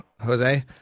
Jose